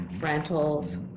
rentals